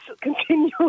continue